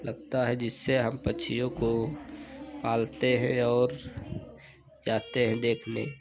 लगता है जिससे हम पक्षियों को पालते हैं और जाते हैं देखने